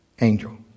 angel